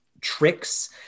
tricks